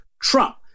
Trump